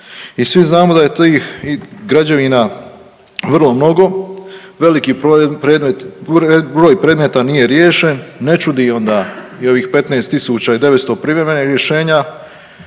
I svi znamo da je tih građevina vrlo mnogo, veliki broj predmeta nije riješen, ne čudi onda i ovih 15 tisuća i 900 privremenih rješenja